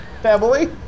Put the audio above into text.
family